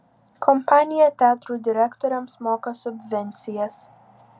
kompanija teatrų direktoriams moka subvencijas